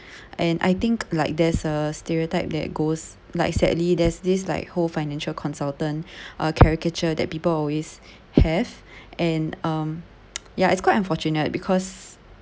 and I think like there's a stereotype that goes like sadly there's this like whole financial consultant a caricature that people always have and um ya it's quite unfortunate because